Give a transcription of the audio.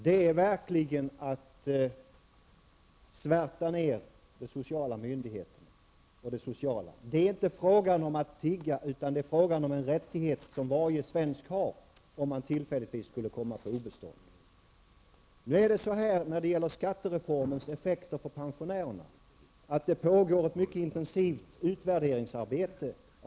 Det är verkligen att svärta ned de sociala myndigheterna. Det är inte fråga om att tigga, utan det är fråga om en rättighet som varje svensk har om han eller hon tillfälligtvis skulle komma på obestånd. När det gäller skattereformens effekter för pensionärerna pågår det ett mycket intensivt utvärderingsarbete.